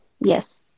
Yes